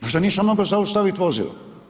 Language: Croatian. Možda nisam mogao zaustaviti vozilo.